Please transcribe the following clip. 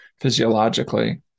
physiologically